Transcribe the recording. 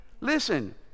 Listen